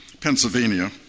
Pennsylvania